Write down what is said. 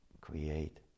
create